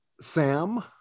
Sam